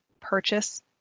purchase